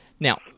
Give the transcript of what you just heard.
Now